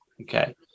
okay